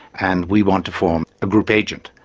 and we want to form a group agent.